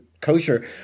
kosher